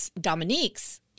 Dominique's